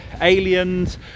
aliens